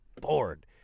bored